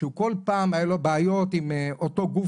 שהוא כל פעם היו לו בעיות עם אותו הגוף